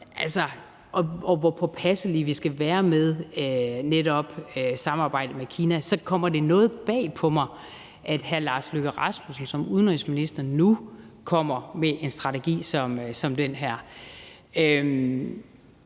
hvor påpasselige vi skal være med netop samarbejdet med Kina, så kommer det noget bag på mig, at hr. Lars Løkke Rasmussen som udenrigsminister nu kommer med en strategi som den her.